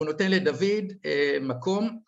‫הוא נותן לדוד מקום.